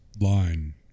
line